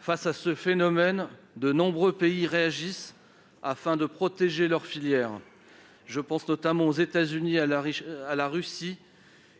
Face à ce phénomène, de nombreux pays réagissent, afin de protéger leur filière. Je pense notamment aux États-Unis et à la Russie,